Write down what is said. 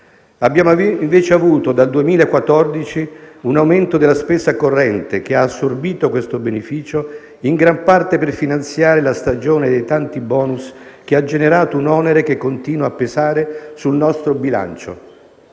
abbiamo invece avuto un aumento della spesa corrente, che ha assorbito tale beneficio, in gran parte per finanziare la stagione dei tanti *bonus*, che ha generato un onore che continua a pesare sul nostro bilancio.